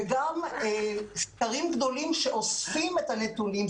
וגם סקרים גדולים שאוספים את הנתונים,